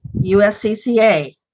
USCCA